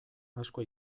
asko